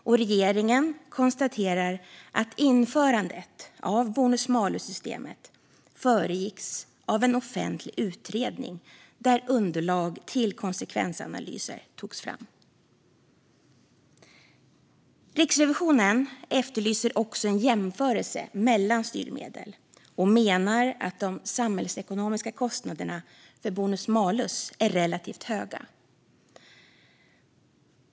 Och regeringen konstaterar att införandet av bonus-malus-systemet föregicks av en offentlig utredning, där underlag till konsekvensanalyser togs fram. Riksrevisionen efterlyser också en jämförelse mellan styrmedel och menar att de samhällsekonomiska kostnaderna för bonus-malus är relativt höga.